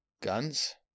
Guns